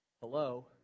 Hello